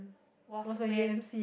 was when